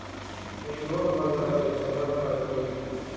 मी दोन हजारांचे चलान काढले